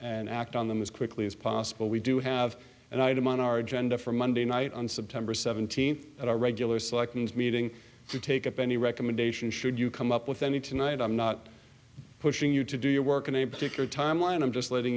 and act on them as quickly as possible we do have an item on our agenda from monday night on september seventeenth at our regular selections meeting to take up any recommendations should you come up with any tonight i'm not pushing you to do your work in a particular timeline i'm just letting